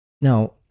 Now